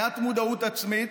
מעט מודעות עצמית,